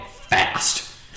fast